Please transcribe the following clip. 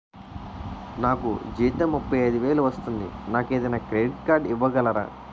నాకు జీతం ముప్పై ఐదు వేలు వస్తుంది నాకు ఏదైనా క్రెడిట్ కార్డ్ ఇవ్వగలరా?